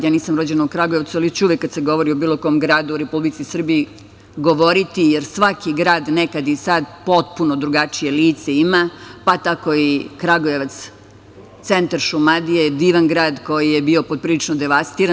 Ja nisam rođena u Kragujevcu, ali ću uvek kad se govorio o bilo kom gradu u Republici Srbiji govoriti, jer svaki grad nekad i sad potpuno drugačije lice ima, pa tako i Kragujevac, centar Šumadije, divan grad koji je bio poprilično devastiran.